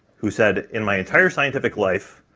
who said in my entire scientific life,